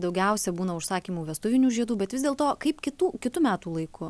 daugiausia būna užsakymų vestuvinių žiedų bet vis dėl to kaip kitų kitu metų laiku